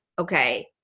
okay